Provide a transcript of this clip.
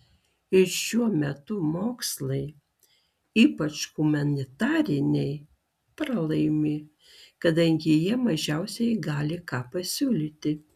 ir šiuo metu mokslai ypač humanitariniai pralaimi kadangi jie mažiausiai gali ką pasiūlyti